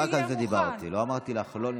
רק על זה דיברתי, לא אמרתי לך לא לנאום.